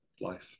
life